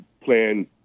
plan